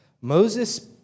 Moses